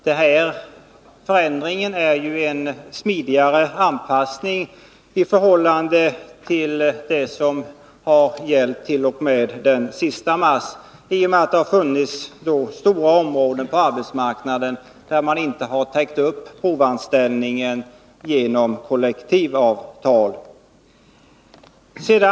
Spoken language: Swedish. Den aktuella förändringen är ju en smidigare anpassning till det som har gällt t.o.m. den sista mars, i och med att det har funnits stora områden på arbetsmarknaden där man inte har täckt upp provanställningen genom kollektivavtal.